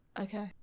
Okay